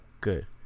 Good